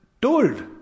told